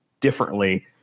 differently